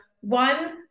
one